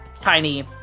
tiny